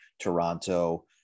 Toronto